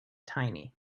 tiny